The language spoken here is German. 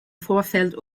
vorfeld